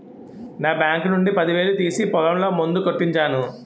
నా బాంకు నుండి పదివేలు తీసి పొలంలో మందు కొట్టించాను